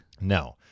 No